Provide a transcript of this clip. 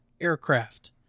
aircraft